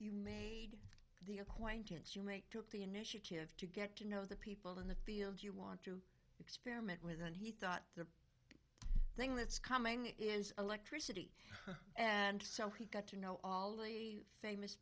you made the acquaintance you make took the initiative to get to know the people in the field you want experiment with and he thought the thing that's coming is electricity and so he got to know all the famous